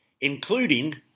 including